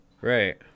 Right